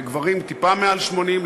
לגברים טיפה מעל 80,